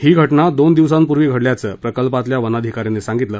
ही घटना दोन दिवसांपूर्वी घडल्याचं प्रकल्पातल्या वनाधिका यांनी सांगितलं